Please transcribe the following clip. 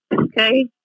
Okay